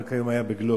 רק היום היה ב"גלובס"